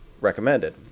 recommended